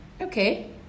okay